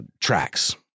tracks